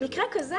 במקרה כזה